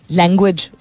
language